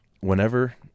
whenever